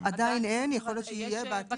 עדיין אין, יכול להיות שיהיה בעתיד.